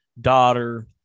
daughter